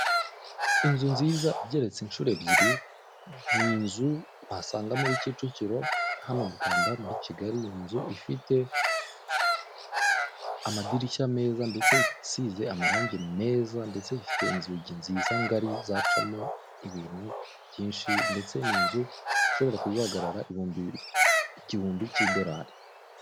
Inzu nziza igeretse inshuro ebyiri, ni inzu wasanga muri Kicukiro hano mu Rwanda muri kigali, ni inzu ifite amadirishya meza ndetse isize amarangi meza, ndetse ifite inzugi nziza ngari zacamo ibintu byinshi, ndetse ni inzu ishobora guhagarara ibihumbi igihumbi cy'idolari.